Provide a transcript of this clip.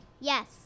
Yes